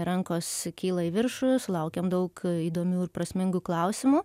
rankos kyla į viršų sulaukiam daug įdomių ir prasmingų klausimų